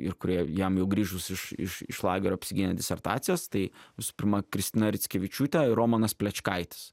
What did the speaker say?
ir kurie jam jau grįžus iš iš iš lagerio apsigynė disertacijas tai visų pirma kristina rickevičiūtė ir romanas plečkaitis